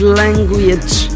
language